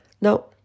No